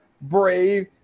brave